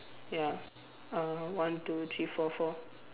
ya uh one two three four four